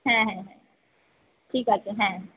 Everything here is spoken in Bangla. হ্য়াঁ হ্যাঁ ঠিক আছে হ্য়াঁ